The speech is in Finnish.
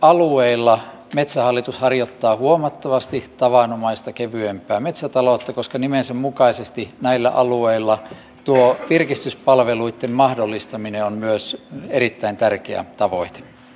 retkeilyalueilla metsähallitus harjoittaa huomattavasti tavanomaista kevyempää metsätaloutta koska nimensä mukaisesti näillä alueilla virkistyspalveluitten mahdollistaminen on myös erittäin tärkeä tavoite